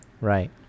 right